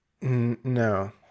No